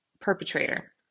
perpetrator